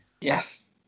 Yes